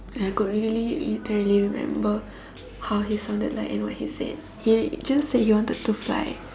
and I could really literally remember how he sounded like and what he said he just said he wanted to fly